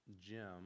Jim